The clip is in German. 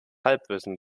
halbwissen